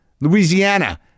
Louisiana